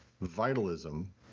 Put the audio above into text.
vitalism